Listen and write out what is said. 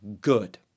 good